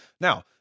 Now